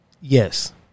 Yes